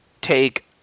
take